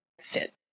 fit